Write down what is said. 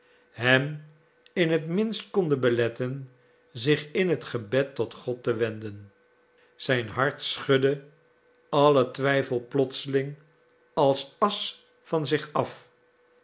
hem in het minst konden beletten zich in het gebed tot god te wenden zijn hart schudde allen twijfel plotseling als asch van zich af